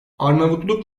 arnavutluk